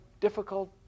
difficult